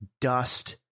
dust